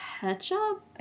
ketchup